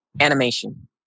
Animation